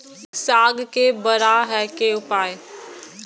साग के बड़ा है के उपाय?